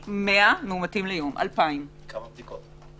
2,000. כמה בדיקות?